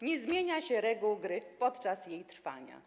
Nie zmienia się reguł gry podczas jej trwania.